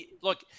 look